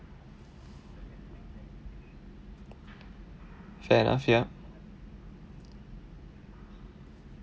fair enough ya